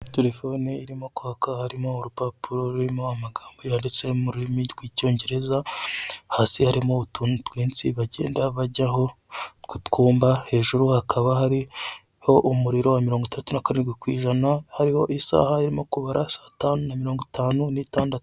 Telefone irimo kwaka harimo urupapuro rurimo amagambo yanditse mu rurimi rw'Icyongereza hasi harimo utuntu twinsi bagenda bajyaho tw'utwumba hejuru hakaba hariho mirongo itandatu na karindwi ku ijana, hariho isaha irimo kubara saa tanu na mirongo itanu n'itandatu.